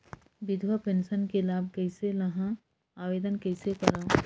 विधवा पेंशन के लाभ कइसे लहां? आवेदन कइसे करव?